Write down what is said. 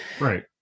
right